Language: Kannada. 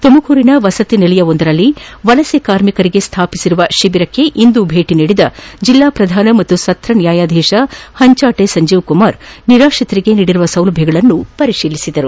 ತುಮಕೂರಿನ ವಸತಿ ನಿಲಯವೊಂದರಲ್ಲಿ ವಲಸೆ ಕಾರ್ಮಿಕರಿಗೆ ಸ್ನಾಪಿಸಿರುವ ಶಿಬಿರಕ್ಷೆ ಇಂದು ಭೇಟಿ ನೀಡಿದ ಜಿಲ್ಲಾ ಪ್ರಧಾನ ಮತ್ತು ಸತ್ರ ನ್ಯಾಯಾಧೀಶ ಪಂಚಾಟಿ ಸಂಜೀವ್ಕುಮಾರ್ ನಿರಾತ್ರಿತರಿಗೆ ನೀಡಿರುವ ಸೌಲಭ್ಯಗಳನ್ನು ಪರಿತೀಲಿಸಿದರು